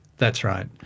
that's right.